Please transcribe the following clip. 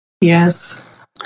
Yes